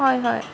হয় হয়